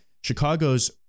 Chicago's